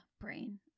brain